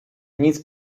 nic